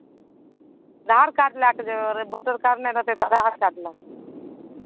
आधार कार्ड लऽ कऽ जेबै अरे भोटर कार्ड नहि रहतै तऽ आधार कार्ड लऽ